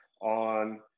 on